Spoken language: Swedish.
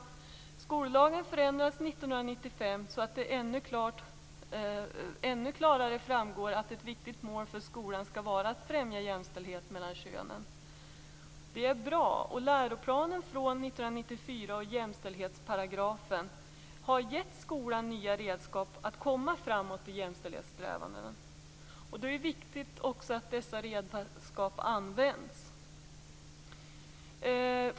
Skollagen förändrades år 1995 så att det ännu klarare framgår att ett viktigt mål för skolan skall vara att främja jämställdhet mellan könen. Det är bra. Läroplanen från 1994 och jämställdhetsparagrafen har gett skolan nya redskap att komma framåt i jämställdhetssträvandena. Det är viktigt att dessa redskap också används.